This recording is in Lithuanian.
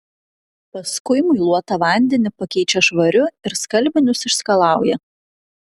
paskui muiluotą vandenį pakeičia švariu ir skalbinius išskalauja